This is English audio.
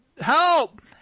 Help